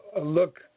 look